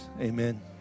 Amen